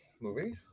movie